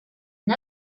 une